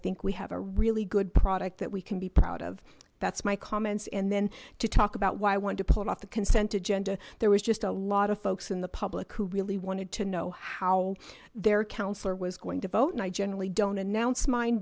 think we have a really good product that we can be proud of that's my comments and then to talk about why i want to put off the consent to gender there was just a lot of folks in the public who really wanted to know how their counsellor was going to vote and i generally don't announce mine